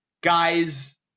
guys